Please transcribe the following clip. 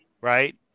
right